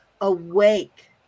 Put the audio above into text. awake